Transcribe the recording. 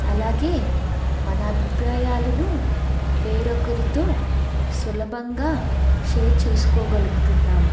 అలాగే మన అభిప్రాయాలను వేరొకరితో సులభంగా షేర్ చేసుకోగలుగుతున్నాం